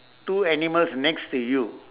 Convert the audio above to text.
two animals next to you